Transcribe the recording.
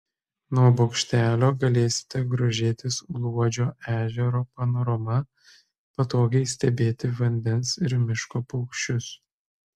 nuo bokštelio galėsite grožėtis luodžio ežero panorama patogiai stebėti vandens ir miško paukščius